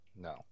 no